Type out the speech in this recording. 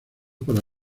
para